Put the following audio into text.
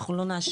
אנחנו לא נאשר.